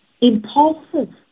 impulsive